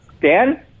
Dan